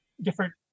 different